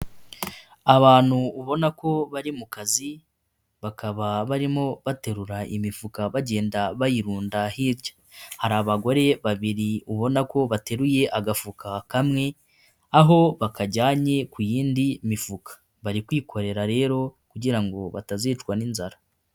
Abantu ubona ko bari mu kazi, bakaba barimo baterura imifuka bagenda bayirunda hirya, hari abagore babiri ubona ko bateruye agafuka kamwe, aho bakajyanye ku yindi mifuka bari kwikorera rero kugira ngo batazicwa n'inzara.